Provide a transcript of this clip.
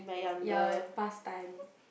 ya past time